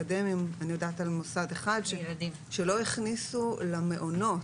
אני יודעת על מוסד אחד שלא הכניסו למעונות,